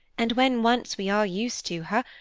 and when once we are used to her,